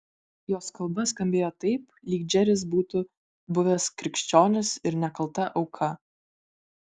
jos kalba skambėjo taip lyg džeris būtų buvęs krikščionis ir nekalta auka